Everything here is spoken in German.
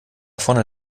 vorne